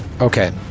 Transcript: Okay